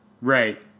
Right